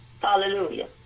Hallelujah